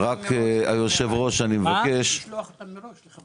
צריך לשלוח אותם מראש לחברי הוועדה.